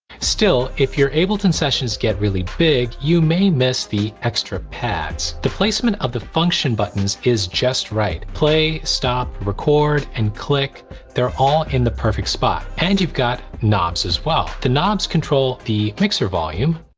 still if your ableton sessions get really big you may miss the extra pads the placement of the function buttons is just right. play, stop, record and click they're all in the perfect spot and you've got knobs as well the knobs control the mixer volume